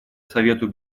совету